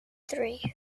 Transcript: three